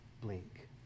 blink